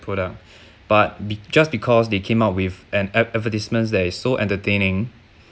product but be~ just because they came up with an ad~ advertisements that is so entertaining